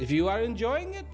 if you are enjoying it